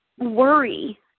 Worry